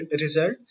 result